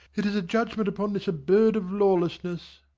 it is a judgment upon this abode of lawlessness.